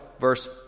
verse